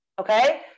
Okay